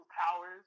powers